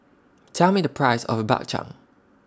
Tell Me The Price of Bak Chang